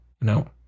No